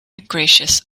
gracious